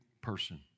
person